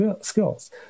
skills